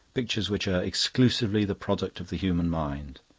pictures which are exclusively the product of the human mind.